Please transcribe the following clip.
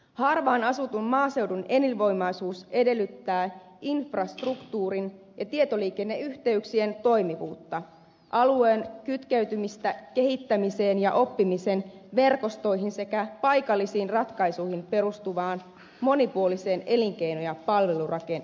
harvaanasutun maaseudun elinvoimaisuus edellyttää infrastruktuurin ja tietoliikenneyhteyksien toimivuutta alueen kytkeytymistä kehittämiseen ja oppimisen verkostoihin sekä paikallisiin ratkaisuihin perustuvaan monipuoliseen elinkeino ja palvelurakenteeseen